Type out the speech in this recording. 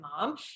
mom